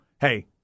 hey